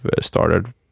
started